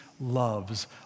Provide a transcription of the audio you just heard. loves